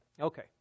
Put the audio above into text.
okay